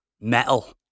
Metal